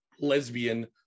lesbian